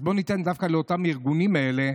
אז בואו ניתן דווקא לארגונים האלה,